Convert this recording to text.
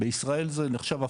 בישראל זה נחשב הפוך,